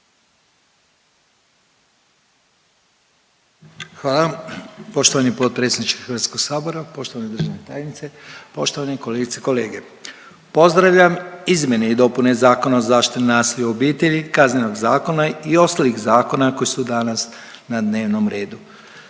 Hvala. Poštovani potpredsjedniče Hrvatskog sabora, poštovane državne tajnice, poštovani kolegice i kolege. Pozdravljam Izmjene i dopune Zakona o zaštiti od nasilja u obitelji, Kaznenog zakona i ostalih zakona koji su danas na dnevnom redu.